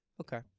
Okay